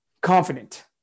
confident